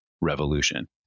revolution